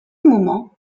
moment